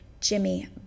Jimmy